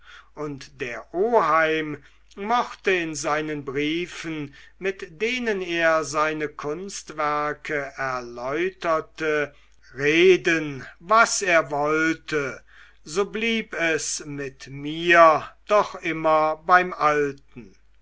und der oheim mochte in seinen briefen mit denen er seine kunstwerke erläuterte reden was er wollte so blieb es mit mir doch immer beim alten